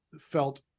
felt